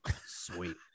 Sweet